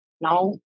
now